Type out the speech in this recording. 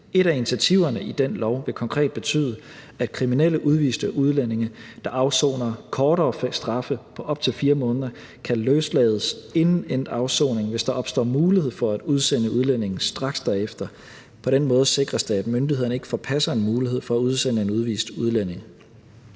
Et af initiativerne i den lov vil konkret betyde, at kriminelle udviste udlændinge, der afsoner kortere straffe på op til 4 måneder, kan løslades inden endt afsoning, hvis der opstår mulighed for at udsende udlændingen straks derefter. På den måde sikres det, at myndighederne ikke forpasser en mulighed for at udsende en udvist udlænding.